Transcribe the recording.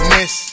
Miss